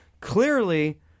Clearly